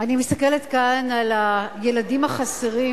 אני מסתכלת כאן על הילדים החסרים,